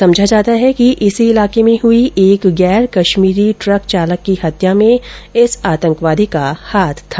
समझा जाता है कि इसी इलाके में हई एक गैर कश्मीरी टक चालक की हत्या में इस आतंकवादी का हाथ था